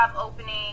opening